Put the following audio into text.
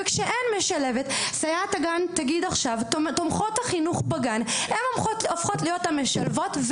וכשאין משלבת תומכות החינוך בגן הופכות להיות המשלבות.